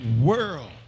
world